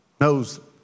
knows